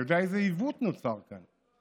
אני יודע איזה עיוות נוצר כאן.